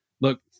look